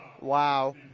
Wow